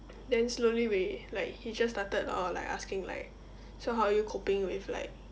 then slowly we like he just started uh like asking like so how are you coping with like